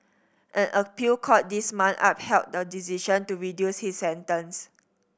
an appeal court this month upheld the decision to reduce his sentence